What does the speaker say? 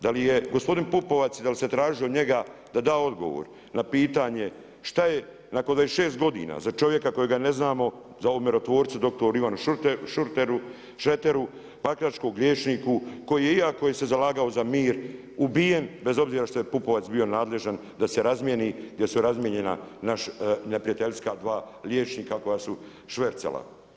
Da li je gospodin Pupovac i da li se traži od njega da da odgovor na pitanje šta je nakon 26 godina za čovjeka kojega ne znamo, za ovog mirotvorca doktoru Šreteru pakračkom liječniku, koji je iako se zalagao za mir ubijen bez obzira što je Pupovac bio nadležan da se razmijeni, gdje su razmijenjena neprijateljska dva liječnika koja su švercala.